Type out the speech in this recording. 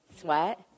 Sweat